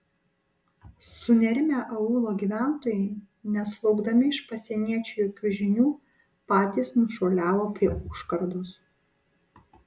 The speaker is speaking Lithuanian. sunerimę aūlo gyventojai nesulaukdami iš pasieniečių jokių žinių patys nušuoliavo prie užkardos